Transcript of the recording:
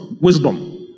Wisdom